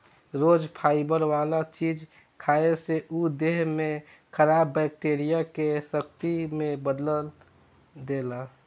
रोज fibre वाला चीज खाए से उ देह में खराब बैक्टीरिया के शक्ति में बदल देला